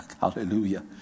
Hallelujah